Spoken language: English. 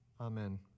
Amen